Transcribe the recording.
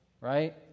right